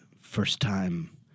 first-time